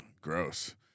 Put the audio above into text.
Gross